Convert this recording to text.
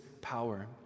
power